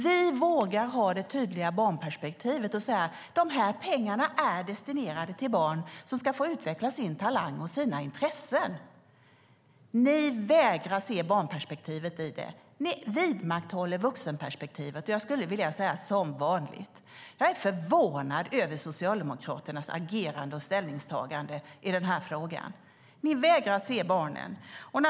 Vi vågar ha det tydliga barnperspektivet och säga: De här pengarna är destinerade till barn som ska få utveckla sin talang och sina intressen. Ni vägrar att se barnperspektivet i det. Ni vidmakthåller vuxenperspektivet, som vanligt, skulle jag vilja säga. Jag är förvånad över Socialdemokraternas agerande och ställningstagande i den här frågan. Ni vägrar att se barnen.